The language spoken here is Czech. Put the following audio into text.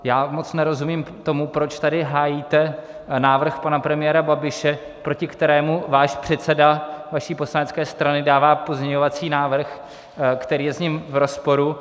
Já moc nerozumím tomu, proč tady hájíte návrh pana premiéra Babiše, proti kterému váš předseda vaší poslanecké strany dává pozměňovací návrh, který je s ním v rozporu.